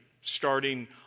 starting